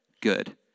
good